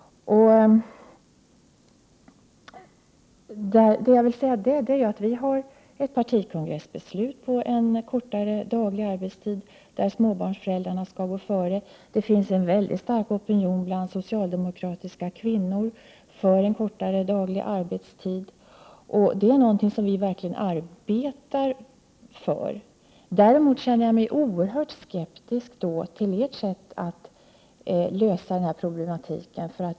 Vad jag har att säga på den punkten är att det finns ett partikongressbeslut om kortare daglig arbetstid. Småbarnsföräldrar skall få företräde i det avseendet. Bland socialdemokratiska kvinnor finns det nämligen en väldigt stark opinion för just kortare daglig arbetstid. Det är alltså något som vi verkligen arbetar för. Däremot är jag oerhört skeptisk när det gäller ert sätt att lösa de här problemen.